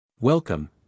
Welcome